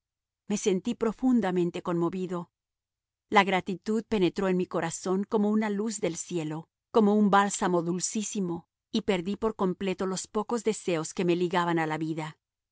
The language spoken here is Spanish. me sentí profundamente conmovido la gratitud penetró en mi corazón como una luz del cielo como un bálsamo dulcísimo y perdí por completo los pocos deseos que me ligaban a la vida